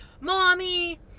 Mommy